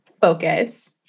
focus